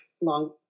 long